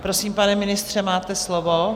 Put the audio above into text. Prosím, pane ministře, máte slovo.